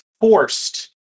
forced